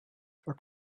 for